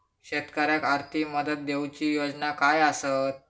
शेतकऱ्याक आर्थिक मदत देऊची योजना काय आसत?